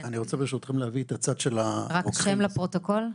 רק שם לפרוטוקול.